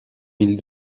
mille